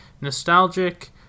nostalgic